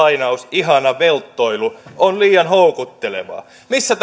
ihana velttoilu on liian houkuttelevaa missä